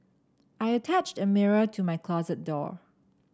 I attached a mirror to my closet door